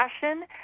passion